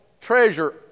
treasure